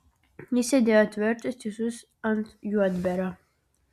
jis sėdėjo tvirtas tiesus ant juodbėrio